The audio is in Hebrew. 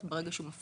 הוא ילך אליכם.